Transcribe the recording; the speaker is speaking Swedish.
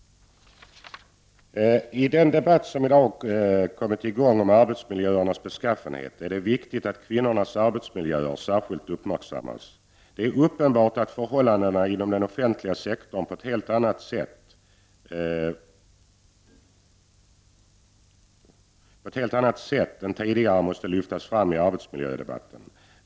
I den debatt som i dag förs om arbetsmiljöernas beskaffenhet är det viktigt att kvinnornas arbetsmiljö särskilt uppmärksammas. Det är uppenbart att förhållandena inom den offentliga sektorn på ett helt annat sätt än tidigare måste lyftas fram i arbetsmiljödebatten.